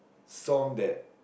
song that